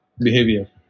behavior